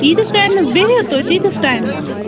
ییٖتِس ٹایمَس بیٚہِو تُہۍ تیٖتِس ٹایمَس